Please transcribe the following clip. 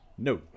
No